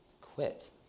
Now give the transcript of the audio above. quit